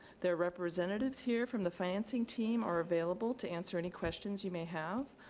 there are representatives here from the financing team are available to answer any questions you may have.